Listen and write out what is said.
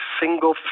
single